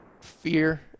fear